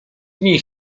dni